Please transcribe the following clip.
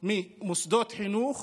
ממוסדות חינוך